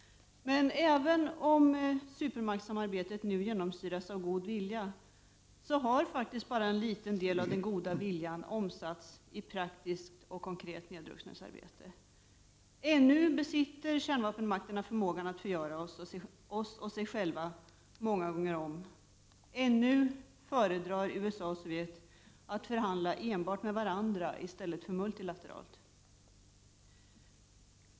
Men även om supermaktsamarbetet nu genomsyras av god vilja, har faktiskt bara en liten del av den goda viljan omsatts i praktiskt och konkret nedrustningsarbete. Ännu besitter kärnvapenmakterna förmågan att förgöra oss och sig själva många gånger om. Ännu föredrar USA och Sovjet att förhandla enbart med varandra i stället för multilateralt.